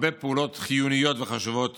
הרבה פעולות חיוניות וחשובות